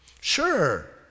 Sure